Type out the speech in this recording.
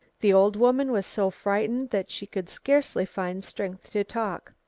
the old woman was so frightened that she could scarcely find strength to talk.